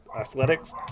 athletics